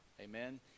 amen